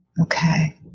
Okay